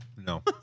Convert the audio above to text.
No